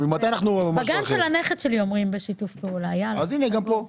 הנה, גם פה.